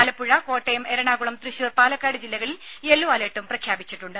ആലപ്പുഴ കോട്ടയം എറണാകുളം തൃശൂർ പാലക്കാട് ജില്ലകളിൽ യെല്ലോ അലർട്ടും പ്രഖ്യാപിച്ചിട്ടുണ്ട്